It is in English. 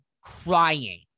crying